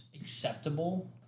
acceptable